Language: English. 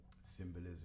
symbolism